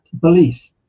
belief